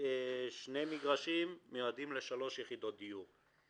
שני מגרשים מיועדים לשלוש יחידות דיור.